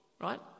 right